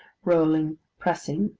rolling, pressing,